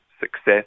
success